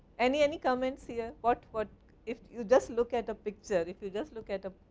any any comments here, what what if you just look at a picture, if you just look at ah